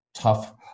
tough